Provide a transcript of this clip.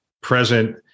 present